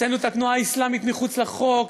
הוצאנו את התנועה האסלאמית מחוץ לחוק,